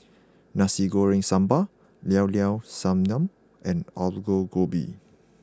Nasi Goreng Sambal Llao Llao Sanum and Aloo Gobi